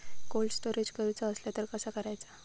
Cold storage करूचा असला तर कसा करायचा?